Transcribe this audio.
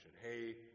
Hey